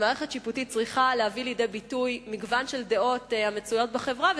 ומערכת שיפוטית צריכה להביא לידי ביטוי מגוון של דעות המצויות בחברה.